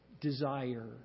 Desire